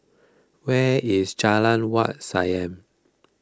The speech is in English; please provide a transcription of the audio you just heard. where is Jalan Wat Siam